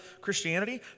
Christianity